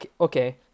okay